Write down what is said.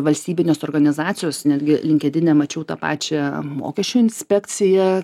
valstybinės organizacijos netgi linkedine mačiau tą pačią mokesčių inspekciją